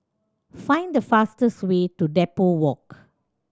find the fastest way to Depot Walk